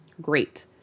Great